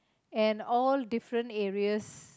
and all different areas